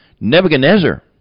Nebuchadnezzar